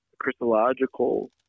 Christological